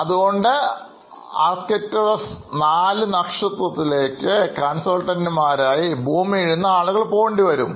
അതുകൊണ്ട് Arcturus IV നക്ഷത്രത്തിലേക്ക് കൺസൾട്ടൻമാരായി ഭൂമിയിൽനിന്ന് ആളുകൾ പോകേണ്ടിവരും